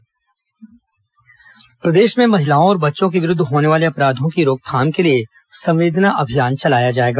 police संवेदना अभियान प्रदेश में महिलाओं और बच्चों के विरूद्व होने वाले अपराधों की रोकथाम के लिए संवेदना अभियान चलाया जाएगा